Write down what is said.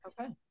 Okay